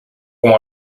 cum